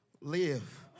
live